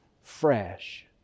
fresh